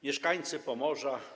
Mieszkańcy Pomorza!